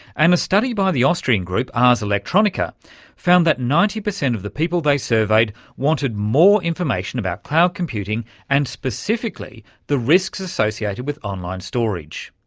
and a study by the austrian group ars electronica found that ninety percent of the people they surveyed wanted more information about cloud computing and specifically the risks associated with online storage.